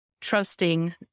trusting